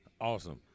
Awesome